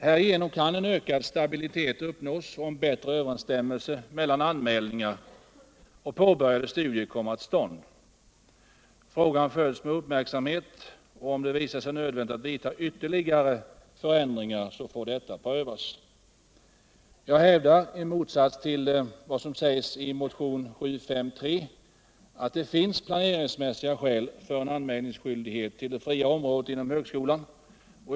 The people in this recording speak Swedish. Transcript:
Härigenom kan en ökad stabilitet uppnås och en bättre överensstämmelse mellan anmälningar och påbörjade studier komma till stånd. Frågan följs med uppmärksamhet. och om det visar sig nödvändigt att företa ytterligare förändringar får dessa prövas. Jag hävdar i motsats till vad som sägs i motion 753 att det finns planeringsmässiga skäl för en anmälningsskyldighet till det fria området inom högskolan.